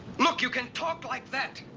look, you can talk like that.